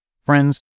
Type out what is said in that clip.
Friends